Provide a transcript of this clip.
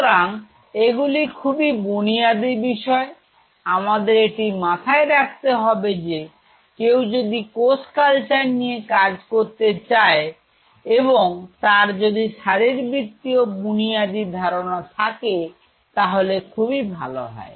সুতরাং এগুলি খুবই বুনিয়াদি বিষয় আমাদের এটি মাথায় রাখতে হবে যে কেউ যদি কোষ কালচার নিয়ে কাজ করতে চায় এবং তার যদি শারীর বৃত্তীয় বুনিয়াদি ধারণা থাকে তাহলে খুবই ভালো হয়